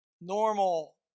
normal